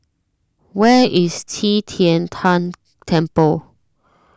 where is Qi Tian Tan Temple